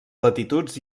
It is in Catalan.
latituds